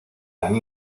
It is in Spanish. and